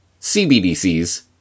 CBDC's